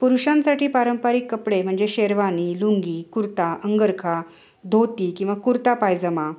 पुरुषांसाठी पारंपरिक कपडे म्हणजे शेरवानी लुंगी कुर्ता अंगरखा धोती किंवा कुर्ता पायजमा